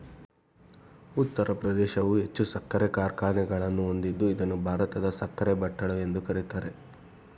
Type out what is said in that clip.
ಉತ್ತರ ಪ್ರದೇಶವು ಹೆಚ್ಚು ಸಕ್ಕರೆ ಕಾರ್ಖಾನೆಗಳನ್ನು ಹೊಂದಿದ್ದು ಇದನ್ನು ಭಾರತದ ಸಕ್ಕರೆ ಬಟ್ಟಲು ಎಂದು ಕರಿತಾರೆ